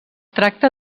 tracta